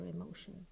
emotion